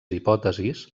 hipòtesis